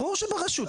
ברור שברשות.